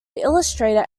illustrator